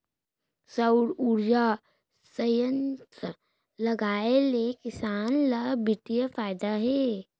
सउर उरजा संयत्र लगाए ले किसान ल बिकट फायदा हे